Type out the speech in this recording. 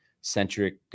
centric